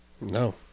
No